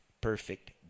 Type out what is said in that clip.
perfect